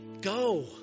Go